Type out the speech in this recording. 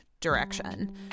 direction